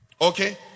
Okay